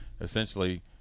essentially